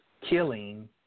killing